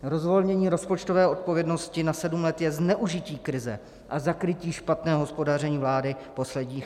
Rozvolnění rozpočtové odpovědnosti na sedm let je zneužití krize a zakrytí špatného hospodaření vlády posledních let.